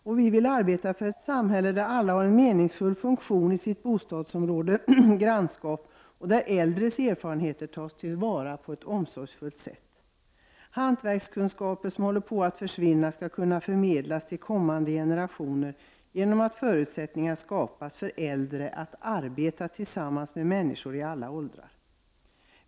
Vi vill också arbeta för ett samhälle där alla har en meningsfull funktion i sitt bostadsområde och grannskap och där äldres erfarenheter tas till vara på ett omsorgsfullt sätt. Hantverkskunskapen som håller på att försvinna skall kunna förmedlas till kommande generationer genom att förutsättningar skapas för äldre att arbeta tillsammans med människor i alla åldrar.